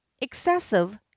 excessive